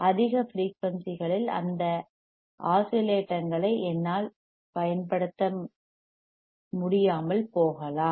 அதிக ஃபிரீயூன்சிகளில் அந்த ஆஸிலேட்டங்களை என்னால் பயன்படுத்த முடியாமல் போகலாம்